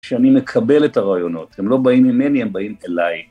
שאני מקבל את הרעיונות, הם לא באים ממני, הם באים אליי.